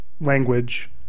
language